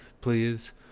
please